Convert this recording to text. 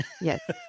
Yes